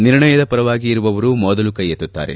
ನಿರ್ಣಯದ ಪರವಾಗಿ ಇರುವವರು ಮೊದಲು ಕೈ ಎತ್ತುತ್ತಾರೆ